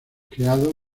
creado